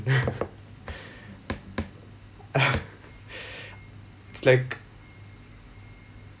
it's like